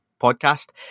podcast